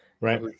Right